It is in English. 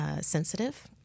sensitive